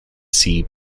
see